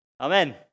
Amen